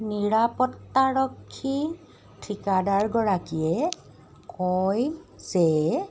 নিৰাপত্তাৰক্ষী ঠিকাদাৰগৰাকীয়ে কয় যে